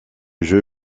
jeu